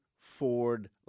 Ford